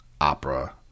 Opera